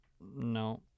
No